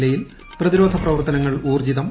ജില്ലയിൽ പ്രതിരോധ പ്രവർത്തനങ്ങൾ ഊർജ്ജിതം